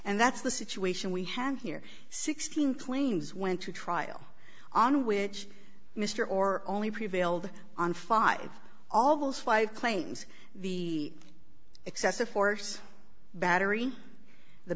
and that's the situation we have here sixteen claims went to trial on which mr or only prevailed on five all those five claims the excessive force battery the